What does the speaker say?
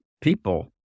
people